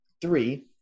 Three